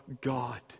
God